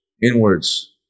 inwards